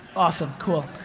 awesome, cool,